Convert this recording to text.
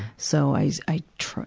so i, i tr,